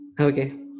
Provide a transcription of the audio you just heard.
okay